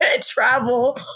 travel